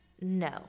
No